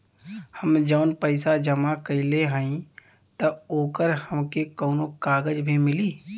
हम जवन पैसा जमा कइले हई त ओकर हमके कौनो कागज भी मिली?